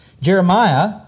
Jeremiah